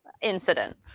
incident